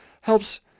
helps